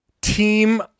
team